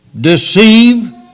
deceive